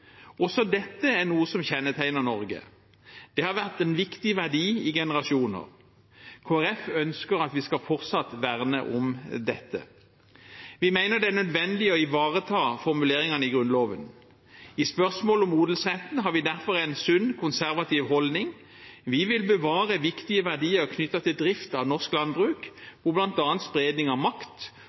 Også dette er noe som kjennetegner Norge. Det har vært en viktig verdi i generasjoner. Kristelig Folkeparti ønsker at vi fortsatt skal verne om dette. Vi mener det er nødvendig å ivareta formuleringene i Grunnloven. I spørsmålet om odelsretten har vi derfor en sunn, konservativ holdning. Vi vil bevare viktige verdier knyttet til drift av norsk landbruk, hvor bl.a. spredning av makt